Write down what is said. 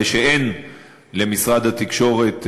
הרי שאין למשרד התקשורת,